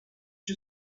you